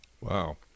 wow